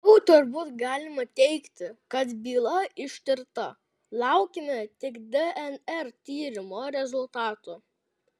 jau turbūt galima teigti kad byla ištirta laukiame tik dnr tyrimo rezultatų